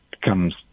comes